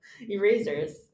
Erasers